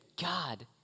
God